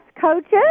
coaches